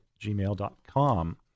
gmail.com